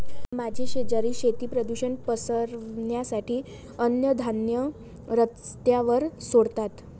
माझे शेजारी शेती प्रदूषण पसरवण्यासाठी अन्नधान्य रस्त्यावर सोडतात